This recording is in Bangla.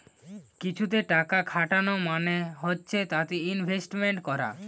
কিছুতে টাকা খাটানো মানে হচ্ছে তাতে ইনভেস্টমেন্ট করা